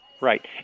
Right